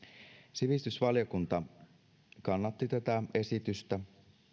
sivistysvaliokunta kannatti tätä esitystä